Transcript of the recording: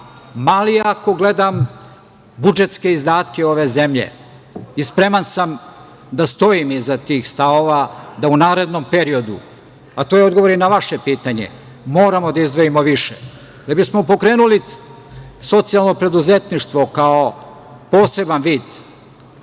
mali ako gledam budžetske izdatke ove zemlje i spreman sam da stojim iza tih stavova, da u narednom periodu, a to je odgovor i na vaše pitanje, moramo da izdvojimo više, da bismo pokrenuli socijalno preduzetništvo kao poseban vid